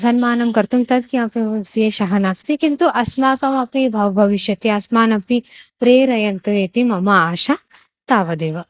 सन्मानं कर्तुं तत् किमपि उद्देशः नास्ति किन्तु अस्माकमपि भव् भविष्यति अस्मान् अपि प्रेरयन्तु इति मम आशा तावदेव